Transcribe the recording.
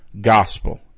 gospel